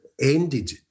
ended